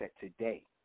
today